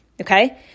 okay